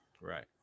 Right